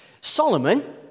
Solomon